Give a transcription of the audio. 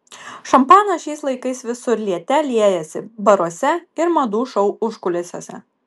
šampanas šiais laikais visur liete liejasi baruose ir madų šou užkulisiuose